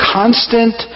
constant